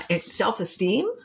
self-esteem